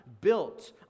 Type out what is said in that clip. built